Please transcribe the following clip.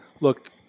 look